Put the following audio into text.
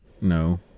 No